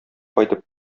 кайтып